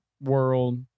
world